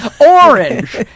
orange